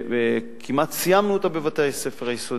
שכמעט סיימנו אותה בבתי-הספר היסודיים,